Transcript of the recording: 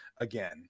again